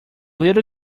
little